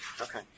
Okay